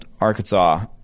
Arkansas